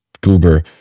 goober